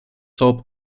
soap